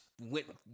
went